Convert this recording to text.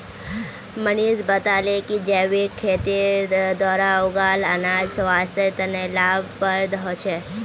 मनीष बताले कि जैविक खेतीर द्वारा उगाल अनाज स्वास्थ्य तने लाभप्रद ह छे